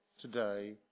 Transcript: today